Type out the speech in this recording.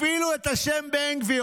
אפילו את השם בן גביר,